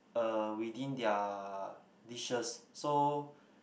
uh within their dishes so